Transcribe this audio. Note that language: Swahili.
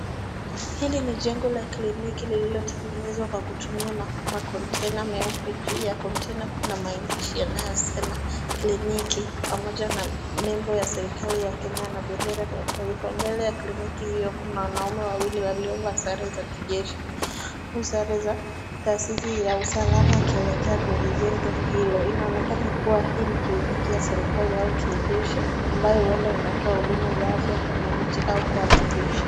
Hili ni jengo la kliniki lilotengenzwa kwa kutumia makontaina meupe, juu ya kontaina kuna maandishi yanayosema kliniki pamoja na nembo ya serikali ya Kenya na bendera ya taifa. Mbele ya kliniki hiyo kuna wanaume wawili waliovaa sare za kijeshi. Sare za tasisi vya usalama wakilekea kwenye jengo hilo inaonekana kuwa hii ni kliniki ya serikali au kijeshi ambayo huenda inatoa huduma za afya kwa wananchi au wanajeshi.